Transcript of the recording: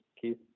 Keith